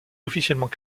officiellement